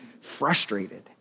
frustrated